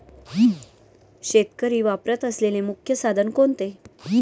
शेतकरी वापरत असलेले मुख्य साधन कोणते?